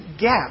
gap